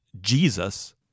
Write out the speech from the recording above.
Jesus